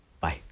bye